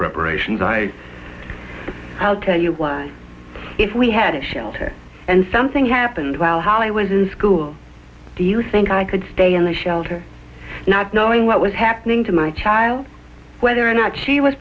preparations i i'll tell you what if we had a shelter and something happened while holly was in school do you think i could stay in the shelter not knowing what was happening to my child whether or not she was